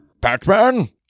batman